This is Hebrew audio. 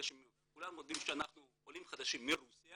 כולם יודעים שאנחנו עולים חדשים מרוסיה